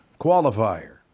qualifier